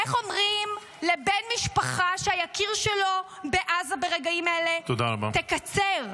איך אומרים לבן משפחה שהיקיר שלו בעזה ברגעים אלה תקצר?